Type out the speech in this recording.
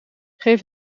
geef